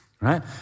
right